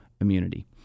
immunity